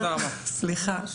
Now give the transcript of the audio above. סליחה,